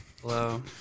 Hello